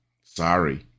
Sorry